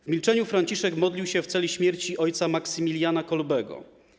W milczeniu Franciszek modlił się w celi śmierci o. Maksymiliana Kolbego.